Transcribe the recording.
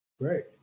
great